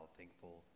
thankful